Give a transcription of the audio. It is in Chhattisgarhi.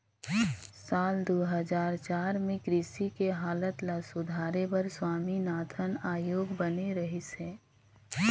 साल दू हजार चार में कृषि के हालत ल सुधारे बर स्वामीनाथन आयोग बने रहिस हे